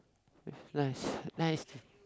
with nice nice